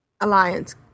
Alliance